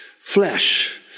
flesh